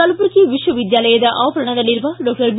ಕಲಬುರಗಿ ವಿಶ್ವವಿದ್ದಾಲಯದ ಆವರಣದಲ್ಲಿರುವ doctor B